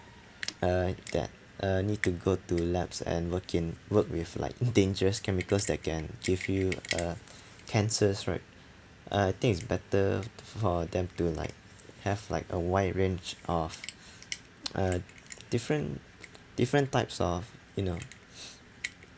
uh that I need to go to labs and work in work with like dangerous chemicals that can give you uh cancers right uh I think it's better for them to like have like a wide range of uh different different types of you know